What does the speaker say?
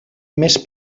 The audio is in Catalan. més